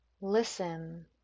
listen